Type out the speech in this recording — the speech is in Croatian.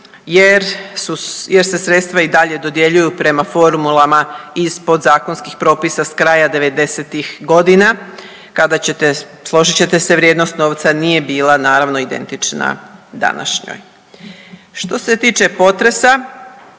jer se sredstva i dalje dodjeljuju prema formulama iz podzakonskih propisa s kraja '90.-tih godina kada ćete, složit ćete se, vrijednost novca nije bila naravno identična današnjoj. Što se tiče potresa,